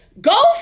go